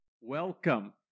Welcome